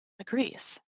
agrees